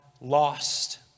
lost